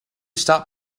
stop